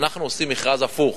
אנחנו עושים מכרז הפוך.